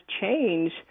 change